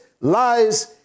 lies